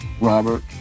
Robert